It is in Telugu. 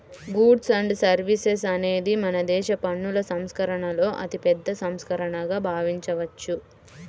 గూడ్స్ అండ్ సర్వీసెస్ అనేది మనదేశ పన్నుల సంస్కరణలలో అతిపెద్ద సంస్కరణగా భావించవచ్చు